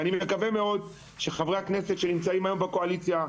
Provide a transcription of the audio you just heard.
ואני מקווה מאוד שחברי הכנסת שנמצאים היום בקואליציה,